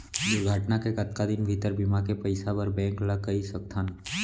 दुर्घटना के कतका दिन भीतर बीमा के पइसा बर बैंक ल कई सकथन?